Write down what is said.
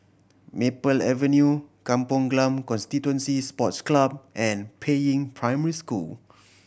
Maple Avenue Kampong Glam Constituency Sports Club and Peiying Primary School